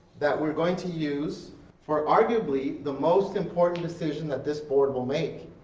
that we're going to use for arguably the most important decision that this board will make,